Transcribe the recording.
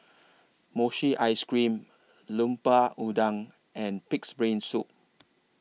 Mochi Ice Cream Lemper Udang and Pig'S Brain Soup